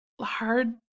hard